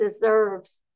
deserves